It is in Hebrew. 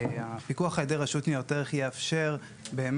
שהפיקוח על ידי רשות ניירות ערך יאפשר תחרות,